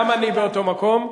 באותו מקום,